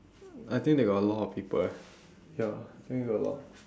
I think they got a lot of people eh ya I think they got a lot